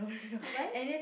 why